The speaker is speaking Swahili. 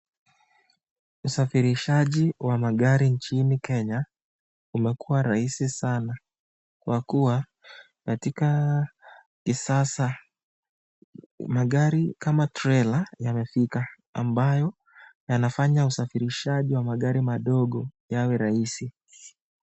Usafirishaji wa magari nchini Kenya umekuwa rahisi sana kwa kuwa katika kisasa magari kama trela yamefika ambayo yanafanya usafirishaji wa magari madogo yawe rahisi.